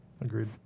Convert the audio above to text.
agreed